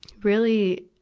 really,